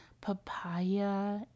papaya